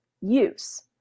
use